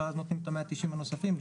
ואז נותנים את ה-190 הנוספים.